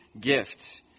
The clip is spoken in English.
gift